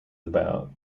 about